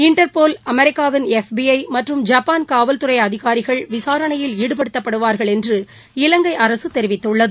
Interpol அமெரிக்காவின் F B I மற்றும் Japan காவல்துறை அதிகாரிகள் விசாரணையில் ஈடுபடுத்தப்படுவார்கள் என்று இலங்கை அரசு தெரிவித்துள்ளது